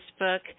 Facebook